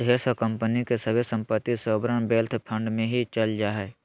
ढेर सा कम्पनी के सभे सम्पत्ति सॉवरेन वेल्थ फंड मे ही चल जा हय